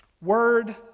Word